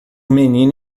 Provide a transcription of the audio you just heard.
menino